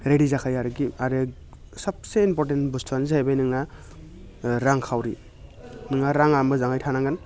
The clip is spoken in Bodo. रेडि जाखायो आरखि आरो सोबसे इम्फरटेन्ट बुस्थुआनो जाहैबाय नोंना रांखावरि नोंहा रांआ मोजाङै थानांगोन